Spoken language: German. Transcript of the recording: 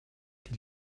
die